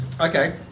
okay